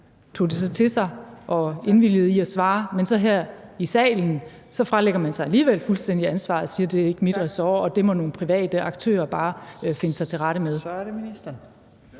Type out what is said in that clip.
tog det så til sig og indvilligede i at svare, men så fralægger man sig her i salen alligevel fuldstændig ansvaret og siger: Det er ikke mit ressort, det må nogle private aktører bare finde sig til rette med.